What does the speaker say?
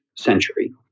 century